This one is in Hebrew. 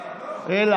לא, לא, לא.